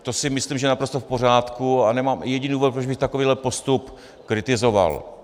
To si myslím, že je naprosto v pořádku, a nemám jediný důvod, proč bych takovýhle postup kritizoval.